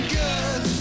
good